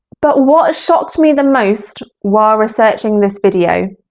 but what shocked me the most while researching this video